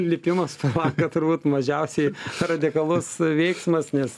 lipimas per langą turbūt mažiausiai radikalus veiksmas nes